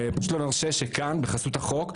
ופשוט לא נרשה שכאן בחסות החוק,